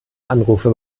anrufe